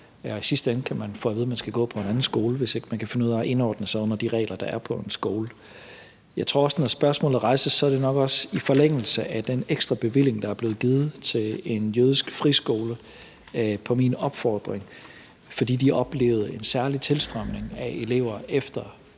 i sidste ende kan man få at vide, at man skal gå på en anden skole, hvis ikke man kan finde ud af at indordne sig under de regler, der på en skole. Når spørgsmålet rejses, tror jeg også, det nok er i forlængelse af den ekstra bevilling, der på min opfordring er blevet givet til en jødisk friskole, fordi de oplevede en særlig tilstrømning af elever efter